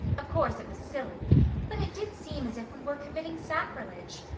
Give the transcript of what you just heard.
of course, it was silly but it did seem as if we were committing sacrilege.